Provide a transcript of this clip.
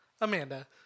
Amanda